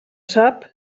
sap